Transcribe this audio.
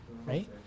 Right